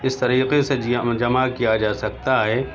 اس طریقے سے جمع کیا جا سکتا ہے